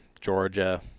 Georgia